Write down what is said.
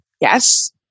yes